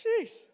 Jeez